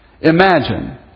imagine